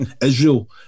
Israel